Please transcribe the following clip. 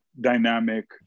dynamic